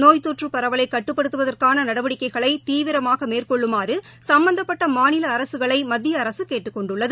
நோய் தொற்று பரவலைகட்டுப்படுத்துவதற்கானநடவடிக்கைகளைதீவிரமாகமேற்கொள்ளுமாறுசம்பந்தப்பட்டமாநில அரசு களைமத்திய அரசுகேட்டுக் கொண்டுள்ளது